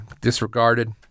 disregarded